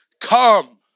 come